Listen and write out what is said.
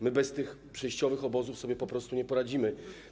My bez tych przejściowych obozów sobie po prostu nie poradzimy.